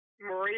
Maria